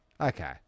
Okay